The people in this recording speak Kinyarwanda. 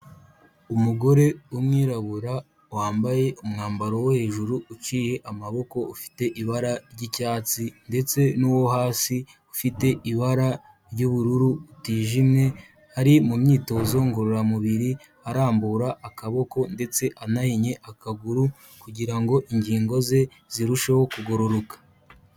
Umugore w'umwirabura, wambaye umwambaro wo hejuru uciye amaboko, ufite ibara ry'icyatsi ndetse n'uwo hasi ufite ibara ry'ubururu butijimye, ari mu myitozo ngororamubiri, arambura akaboko ndetse anahinnye akaguru kugira ngo ingingo ze zirusheho kugororoka.